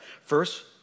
First